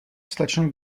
slečno